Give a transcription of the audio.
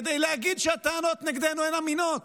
כדי להגיד שהטענות נגדנו הן אמינות,